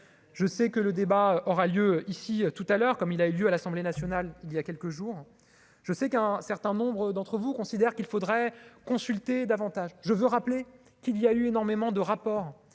je sais que le débat aura lieu ici tout à l'heure comme il l'a eu lieu à l'Assemblée nationale, il y a quelques jours, je sais qu'un certain nombre d'entre vous, considère qu'il faudrait consulter davantage, je veux rappeler qu'il y a eu énormément de rapports